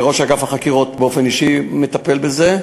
וראש אגף החקירות באופן אישי מטפל בזה,